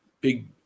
big